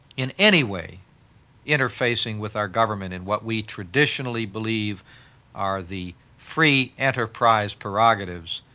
in any way interfacing with our government in what we traditionally believe are the free enterprise prerogatives,